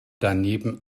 daneben